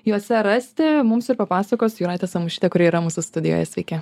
jose rasti mums ir papasakos jūratė samušytė kuri yra mūsų studijoje sveiki